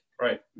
Right